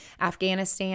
Afghanistan